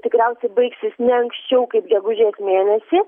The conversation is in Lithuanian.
tikriausiai baigsis ne anksčiau kaip gegužės mėnesį